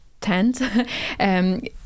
tent